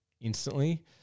instantly